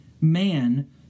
man